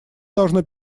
должно